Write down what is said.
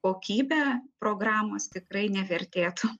kokybe programos tikrai nevertėtų